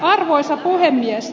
arvoisa puhemies